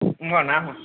নাই হোৱা